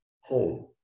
home